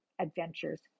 adventures